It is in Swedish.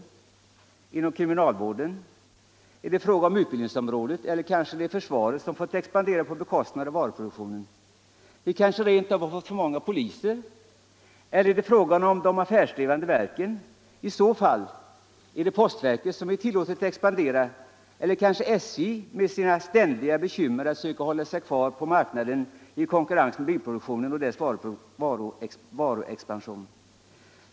Inom kriminalvården? Är det fråga om utbildningsområdet eller är det kanske försvaret som fått expandera på bekostnad av varuproduktionen? Vi kanske rent av har fått för många poliser? Eller är det fråga om de affärsdrivande verken? I så fall: Är det postverket som vi tillåtit expandera eller kanske SJ med sina ständiga bekymmer att söka hålla sig kvar på marknaden i konkurrens med bilproduktionen och dess varuexpansion?